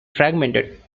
fragmented